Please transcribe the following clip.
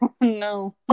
No